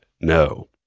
no